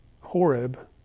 Horeb